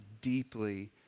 deeply